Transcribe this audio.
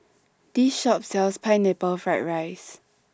This Shop sells Pineapple Fried Rice